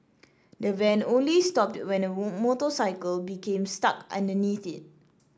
the van only stopped when a motorcycle became stuck underneath it